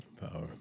Power